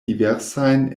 diversajn